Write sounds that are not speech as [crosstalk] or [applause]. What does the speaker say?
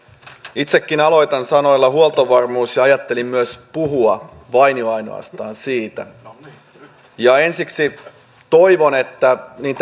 itsekin aloitan sanalla huoltovarmuus ja ajattelin myös puhua vain ja ainoastaan siitä ensiksi toivon että niin [unintelligible]